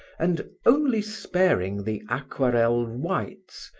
and, only sparing the aquerelle whites,